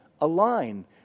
align